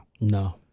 No